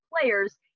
players